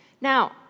Now